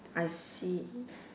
I see